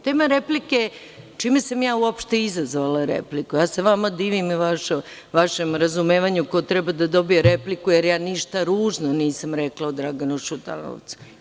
Tema replike je čime sam ja uopšte izazvala repliku, ja se vama divim i vašem razumevanju ko treba da dobije repliku, ali ja ništa ružno nisam rekla o Draganu Šutanovcu.